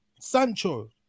Sancho